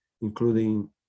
including